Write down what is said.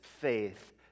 faith